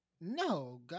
No